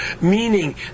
Meaning